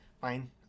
fine